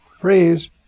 phrase